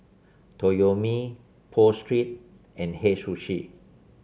Toyomi Pho Street and Hei Sushi